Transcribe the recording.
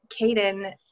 Caden